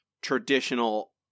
traditional